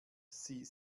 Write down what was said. sie